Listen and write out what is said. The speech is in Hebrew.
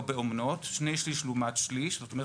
באומנות שני שלישים לעומת שליש זאת אומרת,